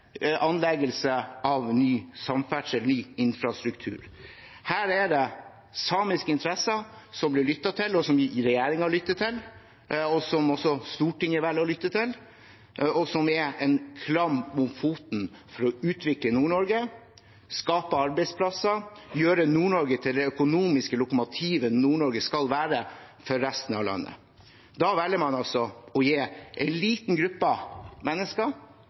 ny samferdsel, ny infrastruktur. Her er det samiske interesser som blir lyttet til, som regjeringen lytter til, som også Stortinget velger å lytte til, og som er en klamp om foten når det gjelder å utvikle Nord-Norge – skape arbeidsplasser, gjøre Nord-Norge til det økonomiske lokomotivet Nord-Norge skal være for resten av landet. Da velger man altså å gi en liten gruppe mennesker